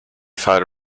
far